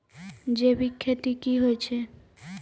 जैविक खेती की होय छै?